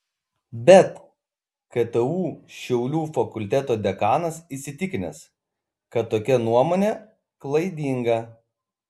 bet ktu šiaulių fakulteto dekanas įsitikinęs kad tokia nuomonė klaidinga